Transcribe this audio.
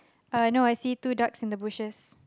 but no I see two ducks in the bushes